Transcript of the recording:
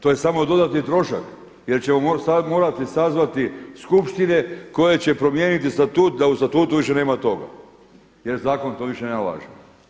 To je samo dodatni trošak, jer ćemo sad morati sazvati skupštine koje će promijeniti statut da u statutu više nema toga, jer zakon to više ne nalaže.